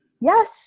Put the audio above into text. Yes